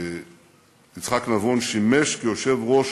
יצחק נבון שימש יושב-ראש